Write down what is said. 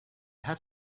have